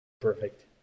Perfect